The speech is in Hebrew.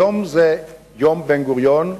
היום זה יום בן-גוריון,